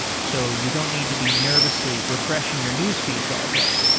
so you don't need to be nervously refreshing your newsfeeds all day.